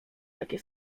takie